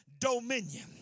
dominion